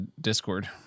Discord